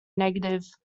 negative